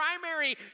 primary